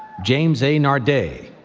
james a. nardei,